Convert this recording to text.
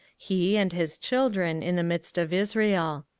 he, and his children, in the midst of israel.